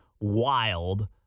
wild